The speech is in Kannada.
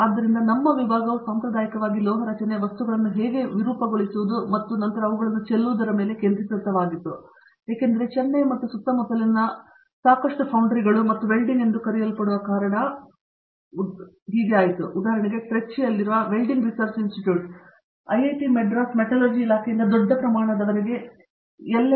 ಆದ್ದರಿಂದ ನಮ್ಮ ವಿಭಾಗವು ಸಾಂಪ್ರದಾಯಿಕವಾಗಿ ಲೋಹ ರಚನೆ ವಸ್ತುಗಳನ್ನು ಹೇಗೆ ವಿರೂಪಗೊಳಿಸುವುದು ಮತ್ತು ನಂತರ ಅವುಗಳನ್ನು ಚೆಲ್ಲುವುದರ ಮೇಲೆ ಕೇಂದ್ರೀಕೃತವಾಗಿತ್ತು ಏಕೆಂದರೆ ಚೆನ್ನೈ ಮತ್ತು ಸುತ್ತಮುತ್ತಲಿನ ಸಾಕಷ್ಟು ಫೌಂಡರೀಗಳು ಮತ್ತು ವೆಲ್ಡಿಂಗ್ ಎಂದು ಕರೆಯಲ್ಪಡುವ ಕೇಂದ್ರ ಇರುವ ಕಾರಣ ಉದಾಹರಣೆಗೆ ಟ್ರೈಚಿಯಲ್ಲಿರುವ welding research institute IIT Madras metallurgy ಇಲಾಖೆಯಿಂದ ದೊಡ್ಡ ಪ್ರಮಾಣದವರೆಗೆ ಎಲ್